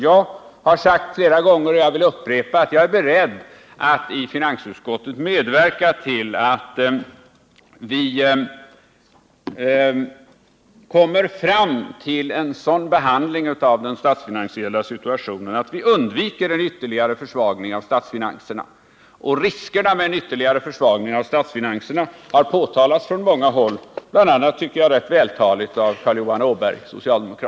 Jag har sagt flera gånger, och jag upprepar det nu, att jag är beredd att i finansutskottet medverka till att behandlingen av frågan om den statsfinansiella situationen blir sådan att vi undviker en ytterligare försvagning av statsfinanserna. Riskerna med en ytterligare försvagning av statsfinanserna har också påpekats från många håll, bl.a. — tycker jag — rätt vältaligt av socialdemokraten Carl Johan Åberg.